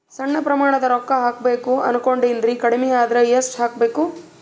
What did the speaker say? ಸಣ್ಣ ಪ್ರಮಾಣದ ರೊಕ್ಕ ಹಾಕಬೇಕು ಅನಕೊಂಡಿನ್ರಿ ಕಡಿಮಿ ಅಂದ್ರ ಎಷ್ಟ ಹಾಕಬೇಕು?